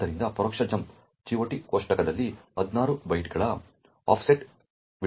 ಆದ್ದರಿಂದ ಪರೋಕ್ಷ jump GOT ಕೋಷ್ಟಕದಲ್ಲಿ 16 ಬೈಟ್ಗಳ ಆಫ್ಸೆಟ್ನಲ್ಲಿರುವ ವಿಳಾಸವನ್ನು ಆಧರಿಸಿದೆ